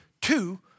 two